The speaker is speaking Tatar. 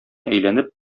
әйләнеп